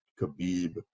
Khabib